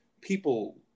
people